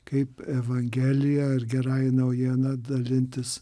kaip evangelija ir gerąja naujiena dalintis